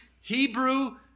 Hebrew